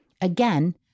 Again